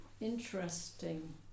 interesting